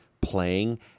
playing